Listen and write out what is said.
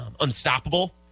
Unstoppable